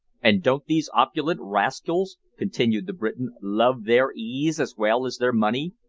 and don't these opulent rascals, continued the briton, love their ease as well as their money,